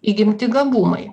įgimti gabumai